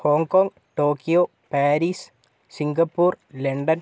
Hong Kong Tokyo Paris Singapore London